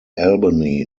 albany